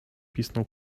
pisnął